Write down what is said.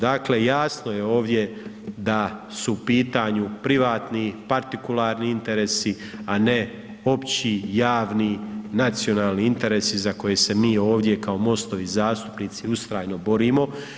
Dakle, jasno je ovdje da su u pitanju privatni partikularni interesi, a ne opći, javni, nacionalni interesi za koje se mi ovdje, kao MOST-ovi zastupnici ustrajno borimo.